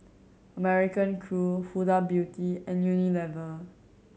American Crew Huda Beauty and Unilever